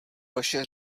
vaše